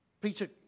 Peter